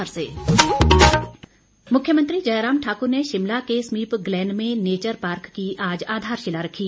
मुख्यमंत्री मुख्यमंत्री जयराम ठाक्र ने शिमला के समीप ग्लेन में नेचर पार्क की आज आधारशिला रखी